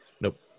Nope